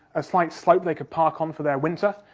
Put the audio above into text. a slight slope they could park um for their winter.